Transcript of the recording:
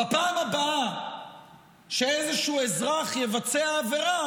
בפעם הבאה שאיזשהו אזרח יבצע עבירה,